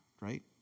right